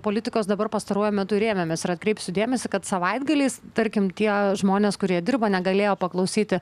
politikos dabar pastaruoju metu rėmėmės ir atkreipsiu dėmesį kad savaitgaliais tarkim tie žmonės kurie dirba negalėjo paklausyti